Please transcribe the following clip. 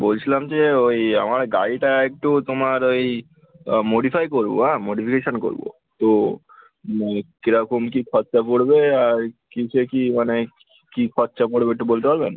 বলছিলাম যে ওই আমার গাড়িটা একটু তোমার ওই মডিফাই করবো হ্যাঁ মডিফিকেশান করবো তো মানে কেরকম কী খরচা পড়বে আর কীসে কী মানে কী খরচা পড়বে এট্টু বলতে পারবেন